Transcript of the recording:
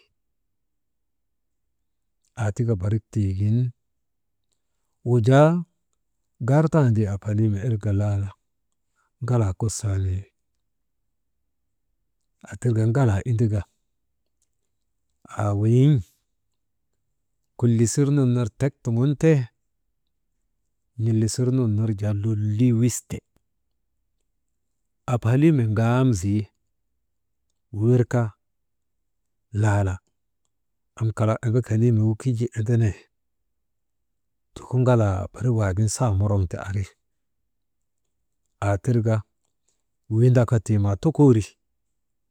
Aa tika barik tiigin wujaa gartandii irka laala ŋalaa kusanee, aa tirka ŋalaa indrika haa weyiŋ kulisir nun ner tek tuŋun te n̰ilisir nun ner jaa lolii wiste, abhaliime ŋamzi wirka, laala am kalak embek heliimegu kijii endeney joko ŋalaa barik waagin saa moroŋ ta ari, aa tirka windaka tii maa tokoori.